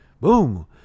Boom